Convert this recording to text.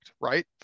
right